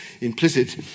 implicit